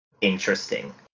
interesting